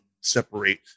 separate